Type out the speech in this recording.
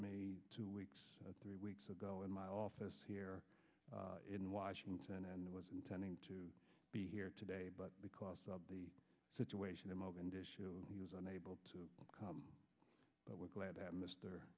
me two weeks three weeks ago in my office here in washington and it was intending to be here today but because of the situation the moment issue he was unable to come but we're glad that mr